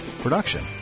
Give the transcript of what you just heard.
production